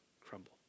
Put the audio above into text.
crumble